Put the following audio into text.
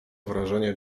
wrażenie